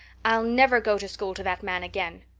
i'll never go to school to that man again.